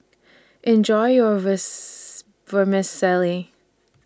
Enjoy your Vermicelli